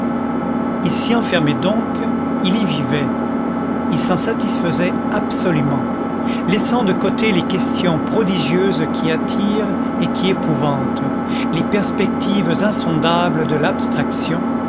il s'y enfermait donc il y vivait il s'en satisfaisait absolument laissant de côté les questions prodigieuses qui attirent et qui épouvantent les perspectives insondables de l'abstraction